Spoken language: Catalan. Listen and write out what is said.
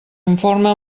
informe